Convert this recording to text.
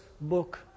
book